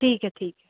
ठीक है ठीक है